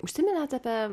užsiminėt apie